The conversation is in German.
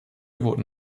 wurden